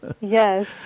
Yes